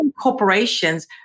corporations